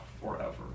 forever